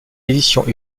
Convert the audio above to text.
éditions